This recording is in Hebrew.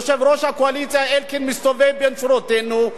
יושב-ראש הקואליציה אלקין מסתובב בין שורותינו,